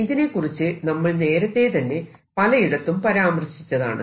ഇതിനെകുറിച്ച് നമ്മൾ നേരത്തെ തന്നെ പലയിടത്തും പരാമർശിച്ചതാണ്